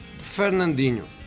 Fernandinho